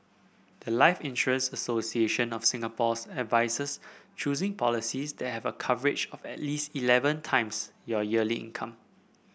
the life Insurance Association of Singapore's advises choosing policies that have a coverage of at least eleven times your yearly income